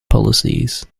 policies